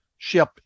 Ship